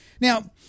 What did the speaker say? Now